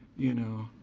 you know?